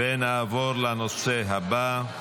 נעבור לנושא הבא על